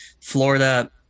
Florida